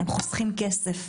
הם חוסכים כסף.